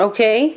Okay